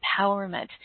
empowerment